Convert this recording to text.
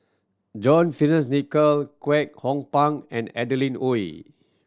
John Fearns Nicoll Kwek Hong Png and Adeline Ooi